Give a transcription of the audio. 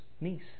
niece